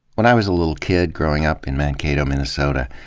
when i was a little kid growing up in mankato, minnesota,